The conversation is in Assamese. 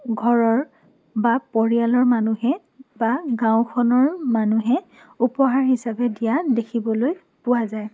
ঘৰৰ বা পৰিয়ালৰ মানুহে বা গাঁওখনৰ মানুহে উপহাৰ হিচাপে দিয়া দেখিবলৈ পোৱা যায়